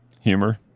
humor